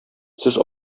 сез